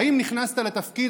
האם נכנסת לתפקיד,